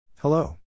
Hello